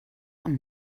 und